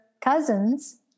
cousins